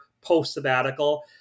post-sabbatical